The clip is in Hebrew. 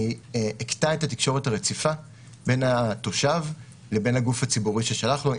אני אקטע את התקשורת הרציפה בין התושב לבין הגוף הציבורי ששלח לו,